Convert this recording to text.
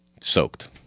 soaked